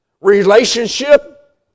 Relationship